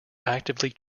actively